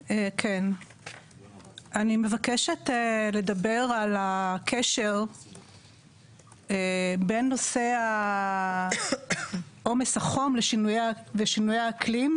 אני מבקשת לדבר על הקשר בין נושא עומס החום ושינויי האקלים,